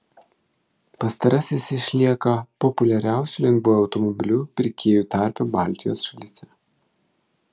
pastarasis išlieka populiariausiu lengvuoju automobiliu pirkėjų tarpe baltijos šalyse